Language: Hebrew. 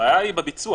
הבעיה היא בביצוע.